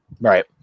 Right